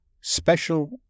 Special